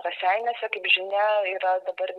raseiniuose kaip žinia yra dabar